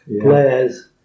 players